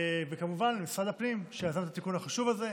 כמובן, למשרד הפנים שעשה את התיקון החשוב הזה.